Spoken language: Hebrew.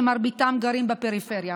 שמרביתם גרים בפריפריה.